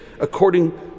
according